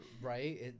right